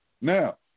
Now